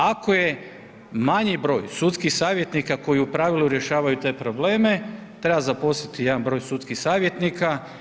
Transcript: Ako je manji broj sudskih savjetnika koji u pravilu rješavaju te probleme, treba zaposliti jedan broj sudskih savjetnika.